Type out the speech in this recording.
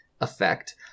effect